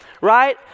right